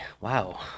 Wow